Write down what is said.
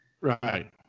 Right